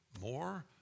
more